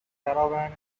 caravan